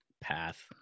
path